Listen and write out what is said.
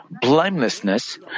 blamelessness